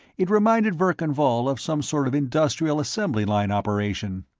it reminded verkan vail of some sort of industrial assembly-line operation.